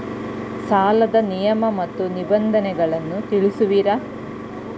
ಸಾಲದ ನಿಯಮ ಮತ್ತು ನಿಬಂಧನೆಗಳನ್ನು ತಿಳಿಸುವಿರಾ?